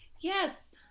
yes